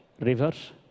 rivers